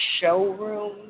showroom